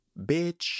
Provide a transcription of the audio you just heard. Bitch